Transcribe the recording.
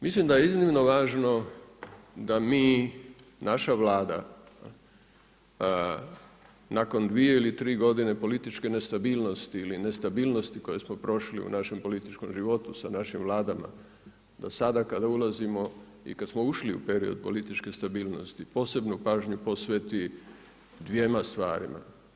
Mislim da je iznimno važno da mi, naša Vlada nakon dvije ili tri godine političke nestabilnosti ili nestabilnosti koje smo prošli našem političkom životu, sa našim Vladama, da sada kada ulazimo i kada smo ušli u period političke stabilnosti, posebnu pažnju posveti dvjema stvarima.